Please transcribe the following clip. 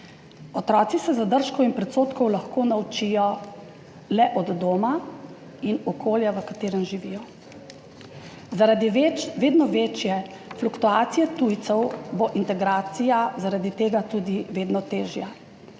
Otroci se zadržkov in predsodkov lahko naučijo le od doma in okolja, v katerem živijo. Zaradi vedno večje fluktuacije tujcev bo integracija tudi vedno težja.